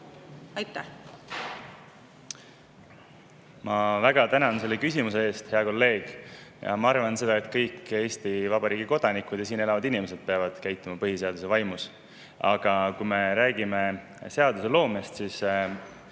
Ma väga tänan selle küsimuse eest, hea kolleeg. Ma arvan, et kõik Eesti Vabariigi kodanikud ja siin elavad inimesed peavad käituma põhiseaduse vaimus. Aga kui me räägime seadusloomest, siis